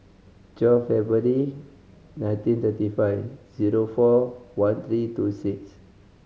twelve nineteen thirty five zero four one three two six